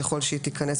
ככל היא תיכנס,